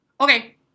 Okay